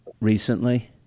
recently